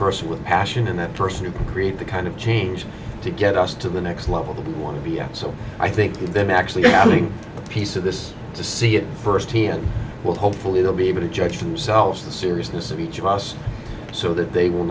person with passion and that person who can create the kind of change to get us to the next level to want to be at so i think of them actually having a piece of this to see it firsthand will hopefully they'll be able to judge for themselves the seriousness of each of us so that they will